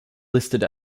listed